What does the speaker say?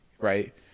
Right